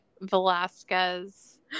Velasquez